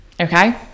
Okay